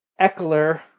Eckler